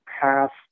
past